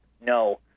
no